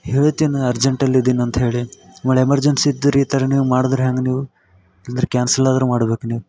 ಹೇಳತ್ತೀನಿ ಅರ್ಜೆಂಟಲ್ಲಿ ಇದ್ದೀನಿ ಅಂತ್ಹೇಳಿ ನೋಡಿ ಎಮಜೆನ್ಸಿ ಇದ್ದರೆ ಈ ಥರ ನೀವು ಮಾಡಿದ್ರೆ ಹ್ಯಾಂಗ ನೀವು ಇಲ್ದ್ರ ಕ್ಯಾನ್ಸಲ್ ಆದರು ಮಾಡ್ಬೇಕು ನೀವು